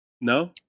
No